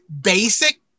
basic